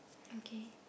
okay